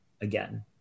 again